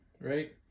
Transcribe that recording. right